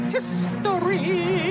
History